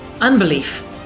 unbelief